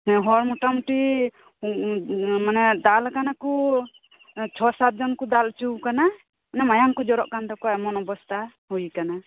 ᱦᱮᱸ ᱦᱚᱲ ᱢᱚᱴᱟ ᱢᱩᱴᱤ ᱢᱟᱱᱮ ᱫᱟᱞ ᱟᱠᱟᱱᱟ ᱠᱚ ᱪᱷᱚ ᱥᱟᱛ ᱡᱚᱱ ᱠᱚ ᱫᱟᱞ ᱚᱪᱚ ᱟᱠᱟᱱᱟ ᱢᱟᱱᱮ ᱢᱟᱭᱟᱝ ᱠᱚ ᱡᱚᱨᱚᱜ ᱠᱟᱱ ᱛᱟᱠᱚᱣᱟ ᱮᱢᱚᱱ ᱚᱵᱚᱥᱛᱟ ᱦᱩᱭ ᱟᱠᱟᱱᱟ